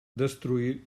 destruir